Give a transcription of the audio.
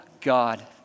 God